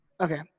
Okay